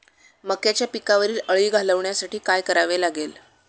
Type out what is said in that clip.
मक्याच्या पिकावरील अळी घालवण्यासाठी काय करावे लागेल?